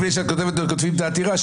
לפני שאתם כותבים את העתירה,